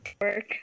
work